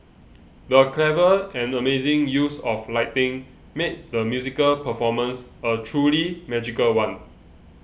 the clever and amazing use of lighting made the musical performance a truly magical one